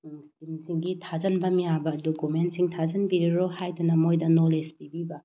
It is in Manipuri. ꯏꯁꯀꯤꯝꯁꯤꯡꯒꯤ ꯊꯥꯖꯤꯟꯐꯝ ꯌꯥꯕ ꯗꯣꯀꯨꯃꯦꯟꯁꯤꯡ ꯊꯥꯖꯤꯟꯕꯤꯔꯔꯣ ꯍꯥꯏꯗꯨꯅ ꯃꯣꯏꯗ ꯅꯣꯂꯦꯖ ꯄꯤꯕꯤꯕ